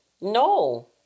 No